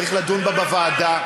צריך לדון בה בוועדה.